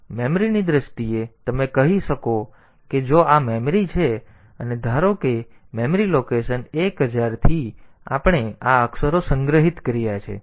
તેથી મેમરીની દ્રષ્ટિએ તમે કહી શકો કે જો આ મેમરી છે અને ધારો કે મેમરી લોકેશન 1000 થી આપણે આ અક્ષરો સંગ્રહિત કર્યા છે